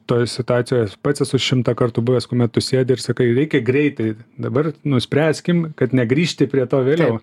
toj situacijoj pats esu šimtą kartų buvęs kuomet tu sėdi ir sakai reikia greitai dabar nuspręskim kad negrįžti prie to vėliau